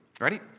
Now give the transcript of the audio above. Ready